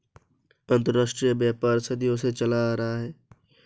अंतरराष्ट्रीय व्यापार सदियों से चला आ रहा है